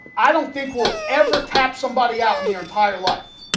i don't think will ever tap somebody out in their entire life.